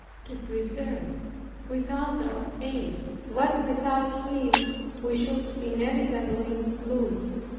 to preserve without our aid what without his we should inevitably lose!